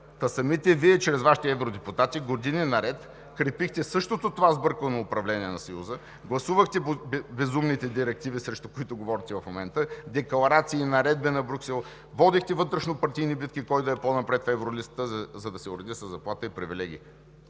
Самите Вие чрез Вашите евродепутати години наред крепихте същото това сбъркано управление на Съюза, гласувахте безумните директиви, срещу които говорите в момента, декларации и наредби на Брюксел, водихте вътрешнопартийни битки кой да е по-напред в евролистата, за да се уреди със заплата и привилегии,